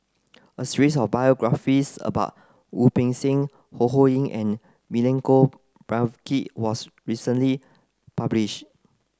a series of biographies about Wu Peng Seng Ho Ho Ying and Milenko Prvacki was recently published